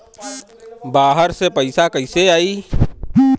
बाहर से पैसा कैसे आई?